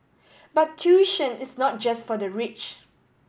but tuition is not just for the rich